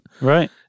Right